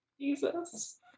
Jesus